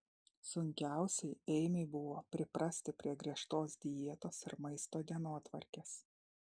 sunkiausiai eimiui buvo priprasti prie griežtos dietos ir maisto dienotvarkės